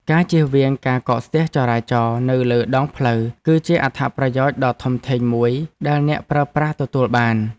ការចៀសវាងការកកស្ទះចរាចរណ៍នៅលើដងផ្លូវ គឺជាអត្ថប្រយោជន៍ដ៏ធំធេងមួយដែលអ្នកប្រើប្រាស់ទទួលបាន។